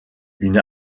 une